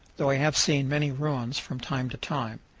though i have seen many ruins from time to time.